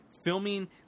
filming